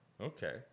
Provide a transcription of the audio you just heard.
Okay